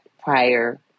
prior